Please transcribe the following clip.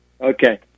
Okay